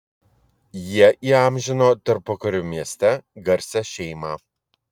jie įamžino tarpukariu mieste garsią šeimą